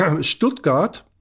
Stuttgart